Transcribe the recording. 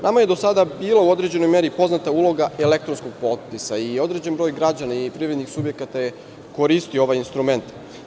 Nama je do sada bila u određenoj meri poznata uloga elektronskog potpisa i određeni broj građana i privrednih subjekata je koristio ovaj instrument.